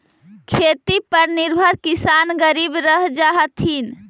खेती पर निर्भर किसान गरीब रह जा हथिन